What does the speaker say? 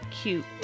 cute